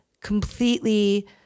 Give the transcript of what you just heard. completely